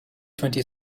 twenty